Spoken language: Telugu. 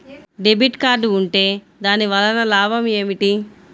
డెబిట్ కార్డ్ ఉంటే దాని వలన లాభం ఏమిటీ?